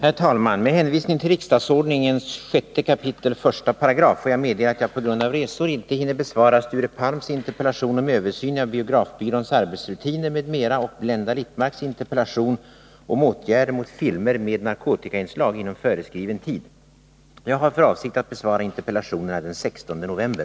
Fru talman! Med hänvisning till riksdagsordningen 6 kap. 1§ får jag meddela följande. Min avsikt var att den 9 november besvara interpellationen av Esse Petersson om åtgärder mot narkotikaspridning från Danmark. Esse Petersson har emellertid inte möjlighet att ta emot svaret den dagen. Jag har därför med honom överenskommit att besvara interpellationen den 4 december.